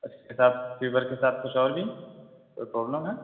اِس کے ساتھ فیور کے ساتھ کچھ اور بھی کوئی پرابلم ہے